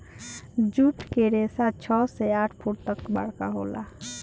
जुट के रेसा छव से आठ फुट तक बरका होला